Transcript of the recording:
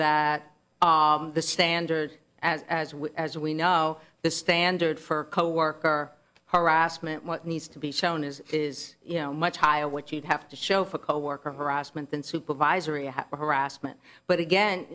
that the standard as as well as we know the standard for coworker harassment what needs to be shown is is you know much higher what you'd have to show for coworker harassment than supervisory harassment but again